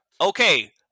Okay